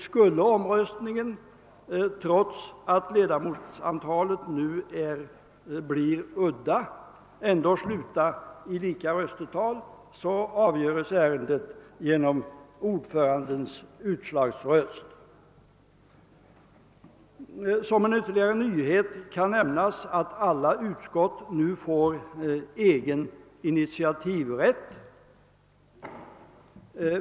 Skulle omröstningen trots att ledamotsantalet blir udda ändå sluta i lika röstetal blir ordförandens röst utslagsgivande. Som en ytterligare nyhet kan nämnas att alla utskott nu får egen initiativrätt.